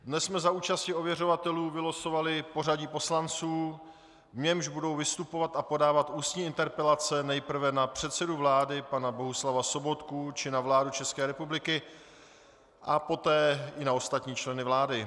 Dnes jsme za účasti ověřovatelů vylosovali pořadí poslanců, v němž budou vystupovat a podávat ústní interpelace nejprve na předsedu vlády pana Bohuslava Sobotku či na vládu České republiky a poté na ostatní členy vlády.